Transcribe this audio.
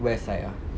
west side ah